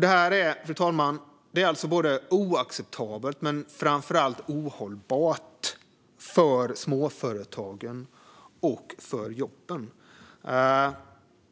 Det är oacceptabelt men framför allt ohållbart för småföretagen och jobben.